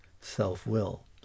self-will